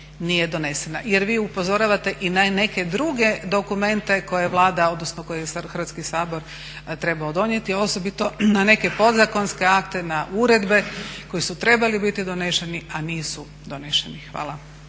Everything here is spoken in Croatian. nije donesena. Jer vi upozoravate i na neke druge dokumente koje je Vlada, odnosno koje je Hrvatski sabor trebao donijeti osobito na neke podzakonske akte, na uredbe koji su trebali biti doneseni a nisu doneseni. Hvala.